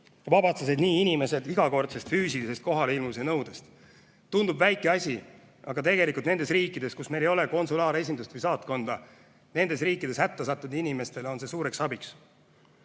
vabastades inimesed igakordse füüsilise kohaleilmumise nõudest. Tundub väike asi, aga tegelikult nendes riikides, kus meil ei ole konsulaaresindust või saatkonda, on see hätta sattunud inimestele suureks abiks.